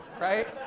right